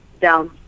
down